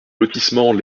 lotissement